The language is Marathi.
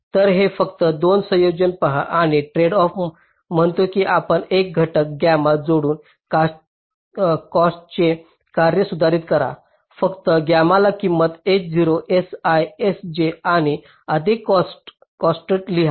तर हे फक्त 2 संयोजन पहा किंवा ट्रेडऑफ म्हणतो की आपण घटक गामा जोडून कॉस्टचे कार्य सुधारित करा फक्त गॅमाला किंमत s0 si sj आणि अधिक कॉस्टत लिहा